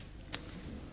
Hvala